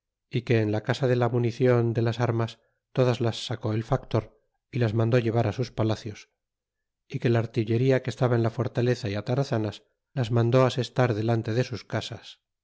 y que en la casa de la municion de las armas todas las sacó el factor y las mandó llevar sus palacios y que la artillería que estaba en la fortaleza y atarazanas las mandó ases tar delante de sus casas